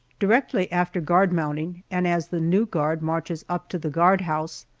directly after guard mounting, and as the new guard marches up to the guardhouse,